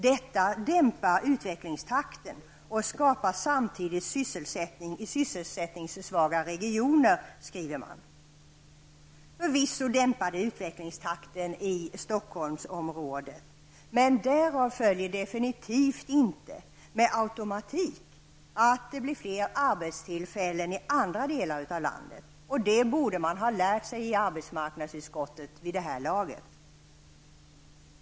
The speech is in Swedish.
''Detta dämpar utvecklingstakten och skapar samtidigt sysselsättning i sysselsättningssvaga regioner.'' Förvisso dämpar det utvecklingstakten -- i Stockholmsområdet, men därav följer definitivt inte med automatik att det blir fler arbetstillfällen i andra delar av landet. Det borde man ha lärt sig i arbetsmarknadsutskottet vid det här laget.